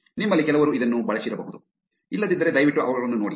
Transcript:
ನಿಮ್ಮಲ್ಲಿ ಕೆಲವರು ಇದನ್ನು ಬಳಸಿರಬಹುದು ಇಲ್ಲದಿದ್ದರೆ ದಯವಿಟ್ಟು ಅವುಗಳನ್ನು ನೋಡಿ